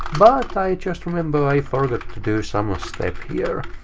but i just remembered i forgot to do some step here.